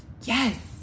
Yes